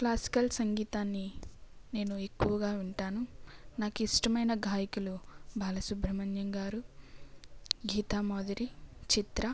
classical సంగీతాన్ని నేను ఎక్కువగా వింటాను నాకు ఇష్టమైన గాయకులు బాలసుబ్రమణ్యం గారు గీతా మాధురి చిత్ర